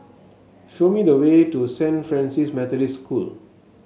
show me the way to Saint Francis Methodist School